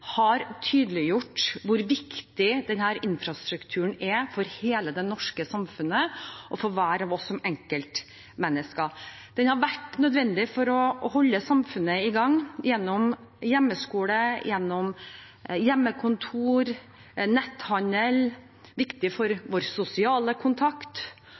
har tydeliggjort hvor viktig denne infrastrukturen er for hele det norske samfunnet og for hver av oss som enkeltmennesker. Den har vært nødvendig for å holde samfunnet i gang med hjemmeskole, hjemmekontor og netthandel, og den har vært viktig for vår sosiale kontakt.